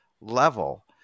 level